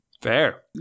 Fair